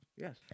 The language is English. Yes